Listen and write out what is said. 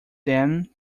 them